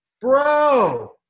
bro